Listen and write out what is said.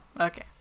okay